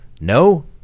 No